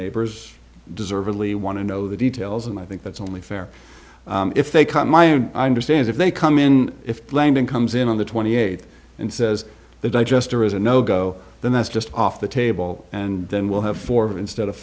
neighbors deservedly want to know the details and i think that's only fair if they cut my own i understand if they come in if lending comes in on the twenty eight and says the digester is a no go then that's just off the table and then we'll have four instead of